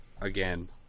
again